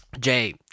Jay